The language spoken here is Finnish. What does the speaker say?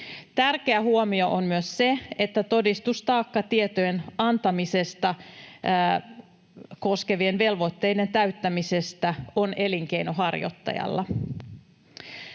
Tärkeä huomio on myös se, että todistustaakka tietojen antamista koskevien velvoitteiden täyttämisestä on elinkeinonharjoittajalla.